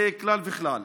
זה בכלל.